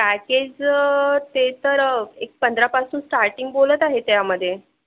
package ते तर एक पंधरापासून स्टार्टिंग बोलत आहे त्यामध्ये